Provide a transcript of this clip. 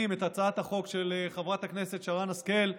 את הצעת החוק של חברת הכנסת שרן השכל,